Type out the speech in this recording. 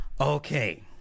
okay